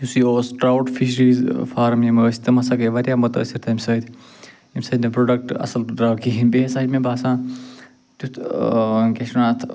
یُس یہِ اوس ٹرٛاوُٹ فِشریٖز فارَم یِم ٲسۍ تِم ہسا گٔے واریاہ متٲثِر تَمہِ سۭتۍ ییٚمہِ سۭتۍ نہٕ پرٛوڈَکٹ اَصٕل درٛاو کِہیٖنۍ بیٚیہِ ہسا چھِ مےٚ باسان تیُتھ کیٛاہ چھِ ونان اَتھ